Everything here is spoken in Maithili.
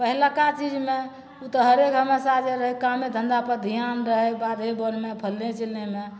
पहिलका चीजमे ओ तऽ हरेक हमेशा जे रहै कामे धन्धा पर धिआन रहै बाधे बनमे फलने चिलनेमे